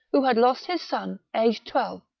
who had lost his son, aged twelve,